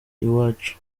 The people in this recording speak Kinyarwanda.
iwacu